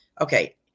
Okay